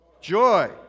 joy